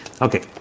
Okay